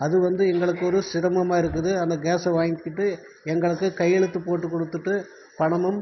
அது வந்து எங்களுக்கொரு சிரமமாக இருக்குது அந்த கேஸ்ஸை வாங்கிட்டு எங்களுக்கு கையெழுத்து போட்டு கொடுத்துட்டு பணமும்